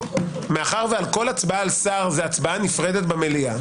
מאחר שעל כל הצבעה על שר זו הצבעה נפרדת במליאה,